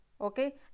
okay